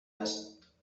است